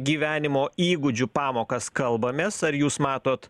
gyvenimo įgūdžių pamokas kalbamės ar jūs matot